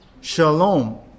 shalom